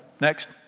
Next